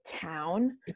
town